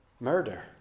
murder